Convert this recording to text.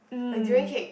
like durian cake